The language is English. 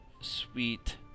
sweet